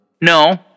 No